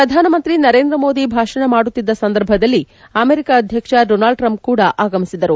ಪ್ರಧಾನಮಂತ್ರಿ ನರೇಂದ್ರ ಮೋದಿ ಭಾಷಣ ಮಾಡುತ್ತಿದ್ದ ಸಂದರ್ಭದಲ್ಲಿ ಅಮೆರಿಕ ಅಧ್ಯಕ್ಷ ಡೊನಾಲ್ಡ್ ಟ್ರಂಪ್ ಕೂಡ ಆಗಮಿಸಿದರು